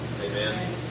Amen